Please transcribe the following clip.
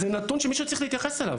זה נתון שמישהו צריך להתייחס אליו.